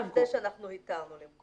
על אף זה שאנחנו התרנו למכור.